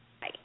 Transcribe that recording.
Bye